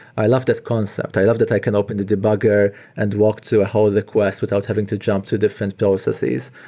i love this concept. i love that i can open the debugger and walk to a hold request without having to jump to different processes,